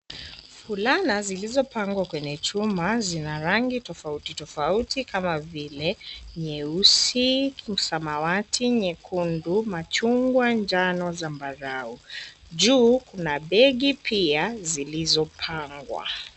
Fulana zilizopangwa kwenye chuma zina rangi tofauti tofauti, kama vile nyeusi, samawati, nyekundu, machungwa ,njano, zambarau. Juu kuna begi pia zilizopangwa.